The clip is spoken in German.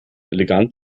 elegant